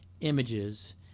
images